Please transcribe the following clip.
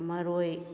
ꯃꯔꯣꯏ